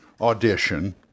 audition